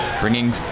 bringing